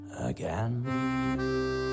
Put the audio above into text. again